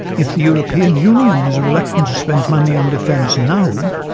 if the european union is reluctant to spend money on defence now,